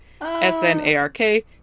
S-N-A-R-K